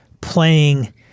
playing